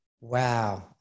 Wow